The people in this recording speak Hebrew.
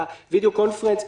video conference,